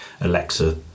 Alexa